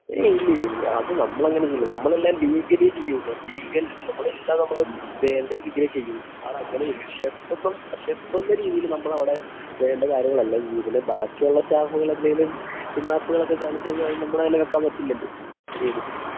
ഏയ് ഇല്ലില്ലില്ലില്ല അത് നമ്മൾ അങ്ങനെ ചെയ്യില്ലാലോ നമ്മൾ എല്ലാം ലീഗലി ചെയ്യുള്ളു ലീഗൽ നമ്മൾ എല്ലാം നമ്മൾ വേണ്ട രീതിയിലെ ചെയ്യൂ ആളങ്ങനെ ഷെഫെന്നൊ ഷെഫെന്ന രീതിയിൽ നമ്മൾ അവിടെ വേണ്ട കാര്യങ്ങളെല്ലാം ചെയ്യും ഇതിൽ ബാക്കിയുള്ള സ്റ്റാഫ്കൾ എന്തേലും കിണാപ്പുകളൊക്കെ കാണിച്ച് കഴിഞ്ഞാൽ അത് നമ്മടലെവക്കാൻ പറ്റില്ലല്ലോ ഏത്